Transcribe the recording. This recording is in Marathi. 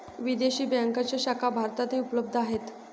विदेशी बँकांच्या शाखा भारतातही उपलब्ध आहेत